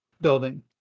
building